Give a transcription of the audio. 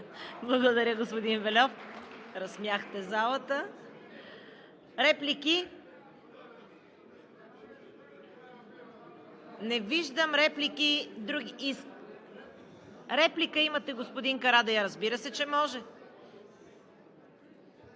Благодаря, господин Вельов – разсмяхте залата. Реплики? Не виждам. (Реплики от ДПС.) Реплика имате, господин Карадайъ – разбира се, че може.